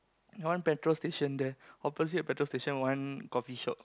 one petrol station there opposite the petrol station one coffee shop